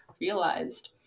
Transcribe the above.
realized